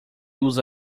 usa